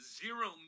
zero